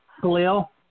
Khalil